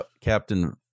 Captain